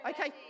Okay